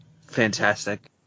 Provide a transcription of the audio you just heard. fantastic